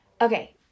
okay